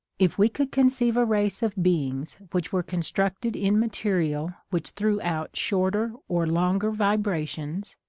if we could conceive a race of beings which were constructed in material which threw out shorter or longer vibrations,